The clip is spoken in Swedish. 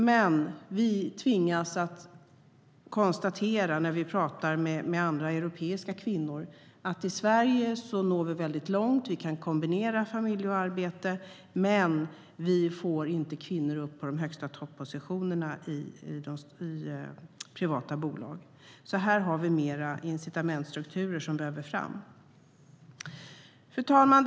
Men när vi pratar med andra europeiska kvinnor tvingas vi konstatera att i Sverige når kvinnor långt, vi kan kombinera familj och arbete, men vi får inte kvinnor upp på de högsta toppositionerna i privata bolag. Här behöver fler incitamentsstrukturer komma fram. Fru talman!